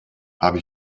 habe